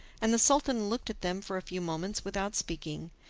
and the sultan looked at them for a few moments without speaking,